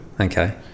okay